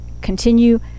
continue